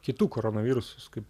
kitų koronavirusus kaip